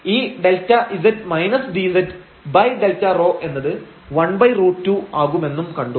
ഈ Δz dzΔρ എന്നത് 1√2 ആകുമെന്നും കണ്ടു